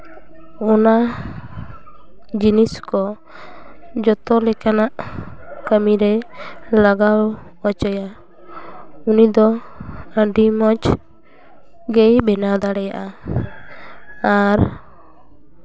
ᱚᱱᱟ ᱡᱤᱱᱤᱥ ᱠᱚ ᱡᱚᱛᱚ ᱞᱮᱠᱟᱱᱟᱜ ᱠᱟᱹᱢᱤᱨᱮ ᱞᱟᱜᱟᱣ ᱦᱚᱪᱚᱭᱟ ᱩᱱᱤ ᱫᱚ ᱟᱹᱰᱤ ᱢᱚᱡᱽ ᱜᱮᱭ ᱵᱮᱱᱟᱣ ᱫᱟᱲᱮᱭᱟᱜᱼᱟ ᱟᱨ